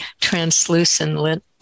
translucent